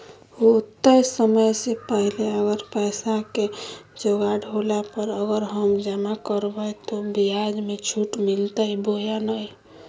होतय समय से पहले अगर पैसा के जोगाड़ होला पर, अगर हम जमा करबय तो, ब्याज मे छुट मिलते बोया नय?